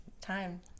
Time